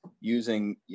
using